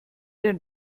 den